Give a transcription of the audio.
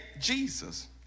jesus